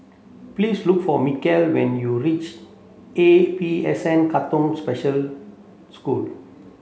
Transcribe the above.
please look for Mikal when you reach A E S N Katong Special School